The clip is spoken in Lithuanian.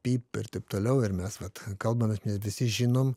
pyp ir taip toliau ir mes vat kalbamės mes visi žinom